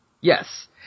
yes